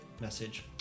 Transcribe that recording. message